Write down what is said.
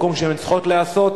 אלא במקום שבו הן צריכות להיעשות.